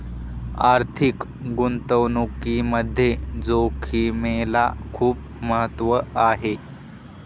आर्थिक गुंतवणुकीमध्ये जोखिमेला खूप महत्त्व आहे